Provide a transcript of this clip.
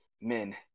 men